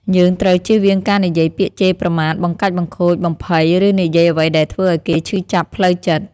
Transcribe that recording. យើងត្រូវជៀសវាងការនិយាយពាក្យជេរប្រមាថ បង្កាច់បង្ខូច បំភ័យ ឬនិយាយអ្វីដែលធ្វើឲ្យគេឈឺចាប់ផ្លូវចិត្ត។